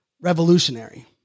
revolutionary